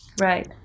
Right